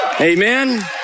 Amen